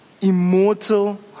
immortal